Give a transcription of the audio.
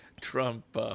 Trump